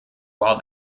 while